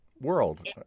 World